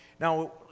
Now